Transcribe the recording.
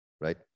right